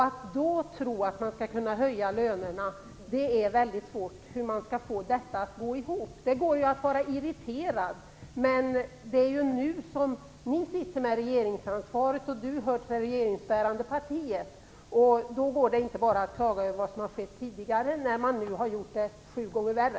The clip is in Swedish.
Att då tro att man skall kunna höja lönerna är väldigt svårt. Det går ju att vara irriterad. Men det är ju nu ni har regeringsansvaret, och Inger Segelström ingår i det regeringsbärande partiet. Det går inte att bara klaga över vad som har skett tidigare när ni nu har gjort det hela sju gånger värre.